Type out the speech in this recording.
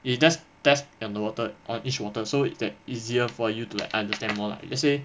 you just test and the water on each water so that easier for you to like understand more lah let's say